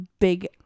big